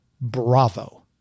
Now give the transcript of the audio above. Bravo